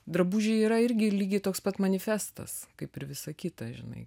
drabužiai yra irgi lygiai toks pat manifestas kaip ir visa kita žinai